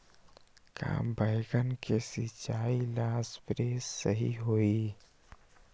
का बैगन के सिचाई ला सप्रे सही होई?